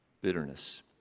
bitterness